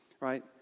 right